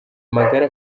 magara